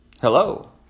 Hello